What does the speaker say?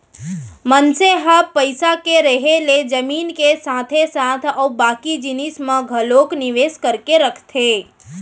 मनसे मन ह पइसा के रेहे ले जमीन के साथे साथ अउ बाकी जिनिस म घलोक निवेस करके रखथे